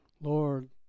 Lord